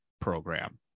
program